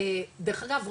דרך אגב,